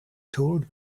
told